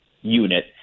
unit